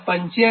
58 85